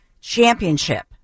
championship